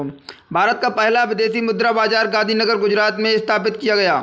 भारत का पहला विदेशी मुद्रा बाजार गांधीनगर गुजरात में स्थापित किया गया है